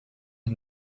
and